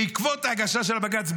בעקבות ההגשה של הבג"ץ,